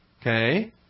okay